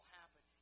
happen